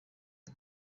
ubu